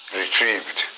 retrieved